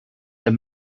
der